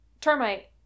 Termite